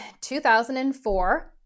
2004